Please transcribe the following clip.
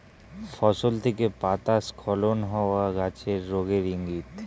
ফসল থেকে পাতা স্খলন হওয়া গাছের রোগের ইংগিত